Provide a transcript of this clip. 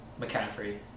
McCaffrey